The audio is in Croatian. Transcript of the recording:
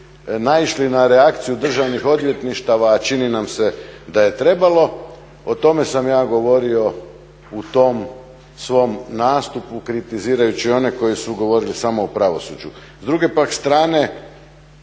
na reakciju državnih odvjetništava a čini nam se da je trebalo. O tome sam ja govorio u tom svom nastupu kritizirajući one koji su govorili samo o pravosuđu. S druge pak strane,